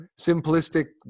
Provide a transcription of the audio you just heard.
simplistic